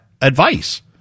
advice